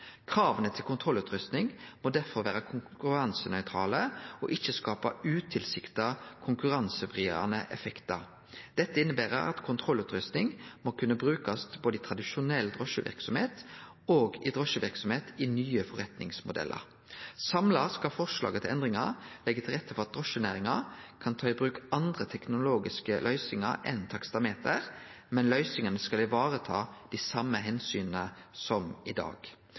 Krava til kontrollutrusting må derfor vere konkurransenøytrale og ikkje skape utilsikta konkurransevridande effektar. Dette inneber at kontrollutrusting må kunne brukast både i tradisjonell drosjeverksemd og i drosjeverksemd i nye forretningsmodellar. Samla skal forslaget til endringar leggje til rette for at drosjenæringa kan ta i bruk andre teknologiske løysingar enn taksameter, men løysingane skal vareta dei same omsyna som i dag.